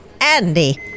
Andy